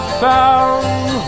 found